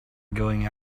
going